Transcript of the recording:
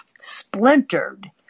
splintered